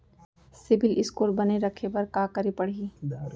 CIBIL score बने रखे बर का करे पड़ही?